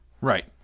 Right